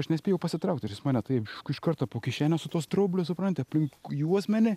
aš nespėjau pasitraukt ir jis mane taip iš karto po kišenes su tuo straubliu supranti aplink juosmenį